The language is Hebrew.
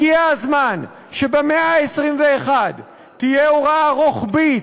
הגיע הזמן שבמאה ה-21 תהיה הוראה רוחבית,